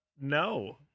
No